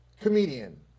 comedian